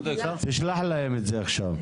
תשלח להם את זה עכשיו.